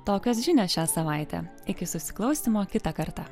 tokios žinios šią savaitę iki susiklausymo kitą kartą